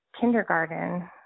kindergarten